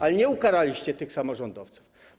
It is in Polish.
Ale nie ukaraliście tych samorządowców.